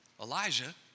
Elijah